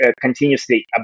continuously